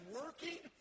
working